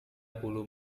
puluh